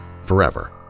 forever